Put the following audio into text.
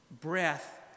Breath